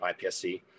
IPSC